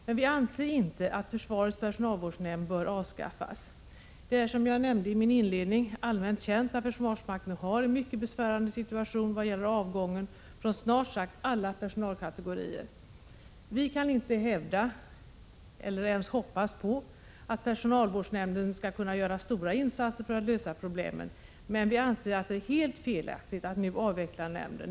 Men vi anser inte att försvarets personalvårdsnämnd bör avskaffas. Det är, som jag antydde inledningsvis, allmänt känt att försvarsmakten har en mycket besvärande situation vad gäller avgången från snart sagt alla personalkategorier. Vi kan inte hävda, eller ens hoppas på, att personalvårdsnämnden skall kunna göra stora insatser för att lösa problemen, men vi anser att det är helt felaktigt att nu avveckla nämnden.